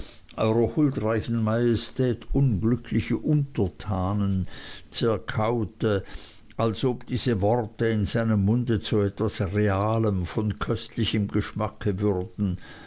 huldreichen majestät unglückliche untertanen zerkaute als ob diese worte in seinem munde zu etwas realem von köstlichem geschmacke würden